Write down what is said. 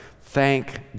Thank